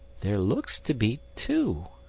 there looks to be two.